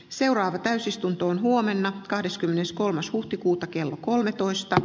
seuraava täysistuntoon huomenna kahdeskymmeneskolmas huhtikuuta kello kolmetoista